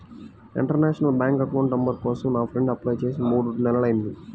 international bank account number కోసం నా friend apply చేసి మూడు నెలలయ్యింది